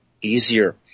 easier